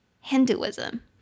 Hinduism